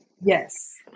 Yes